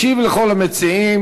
ישיב לכל המציעים